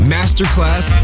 Masterclass